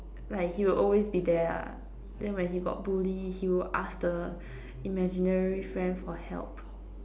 like he will always be there lah then when he got Bully he will ask the imaginary friend for help